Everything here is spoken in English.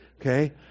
Okay